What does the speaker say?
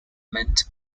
meant